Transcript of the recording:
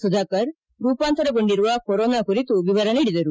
ಸುಧಾಕರ್ ರೂಪಾಂತರಗೊಂಡಿರುವ ಕೊರೋನಾ ಕುರಿತು ಎವರ ನೀಡಿದರು